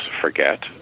forget